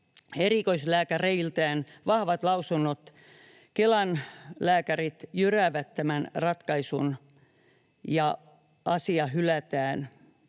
erikoislääkäreiltään vahvat lausunnot, Kelan lääkärit jyräävät tämän ratkaisun ja asia hylätään.